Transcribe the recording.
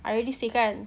I already say kan